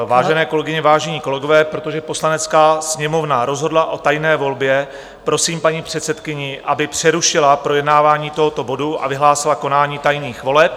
Vážené kolegyně, vážení kolegové, protože Poslanecká sněmovna rozhodla o tajné volbě, prosím paní předsedkyni, aby přerušila projednávání tohoto bodu a vyhlásila konání tajných voleb.